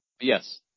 Yes